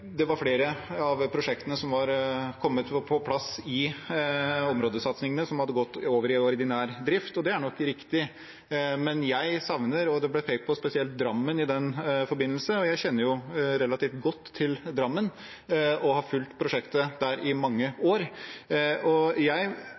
det var flere av prosjektene som var kommet på plass i områdesatsingene, som hadde gått over i ordinær drift, og det er nok riktig. Det ble pekt på spesielt Drammen i den forbindelse. Jeg kjenner relativt godt til Drammen og har fulgt prosjektet der i mange